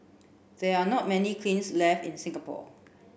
there are not many kilns left in Singapore